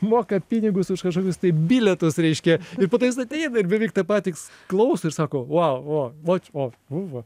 moka pinigus už kažkokius tai bilietus reiškia ir po to jis ateina ir beveik tą patį klauso ir sako vau o vat o buvo